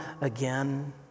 again